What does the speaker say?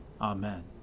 Amen